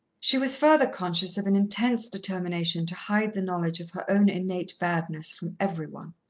she was further conscious of an intense determination to hide the knowledge of her own innate badness from every one.